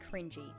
cringy